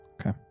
Okay